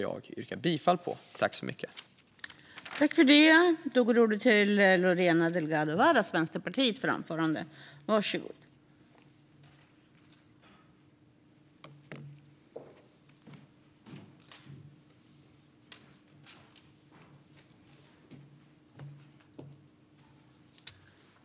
Jag yrkar bifall till denna reservation.